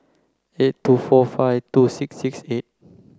eight two four five two six six eight